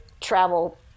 travel